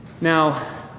now